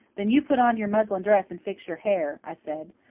then you put on your muslin dress and fix your hair, i said.